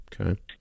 Okay